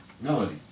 melody